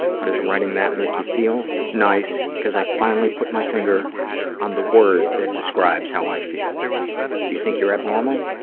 how does writing that make you feel? nice, because i finally put my finger on the word that describes how i feel. do you think you're abnormal?